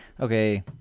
okay